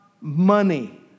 money